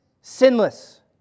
Sinless